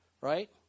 right